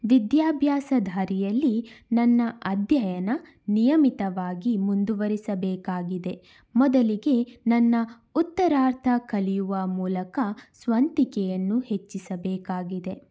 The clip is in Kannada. ವಿದ್ಯಾಭ್ಯಾಸ ದಾರಿಯಲ್ಲಿ ನನ್ನ ಅಧ್ಯಯನ ನಿಯಮಿತವಾಗಿ ಮುಂದುವರಿಸಬೇಕಾಗಿದೆ ಮೊದಲಿಗೆ ನನ್ನ ಉತ್ತರಾರ್ಥ ಕಲಿಯುವ ಮೂಲಕ ಸ್ವಂತಿಕೆಯನ್ನು ಹೆಚ್ಚಿಸಬೇಕಾಗಿದೆ